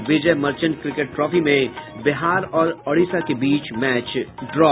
और Vijay Merchant cricket trophy में बिहार और ओडिशा के बीच मैच ड्रा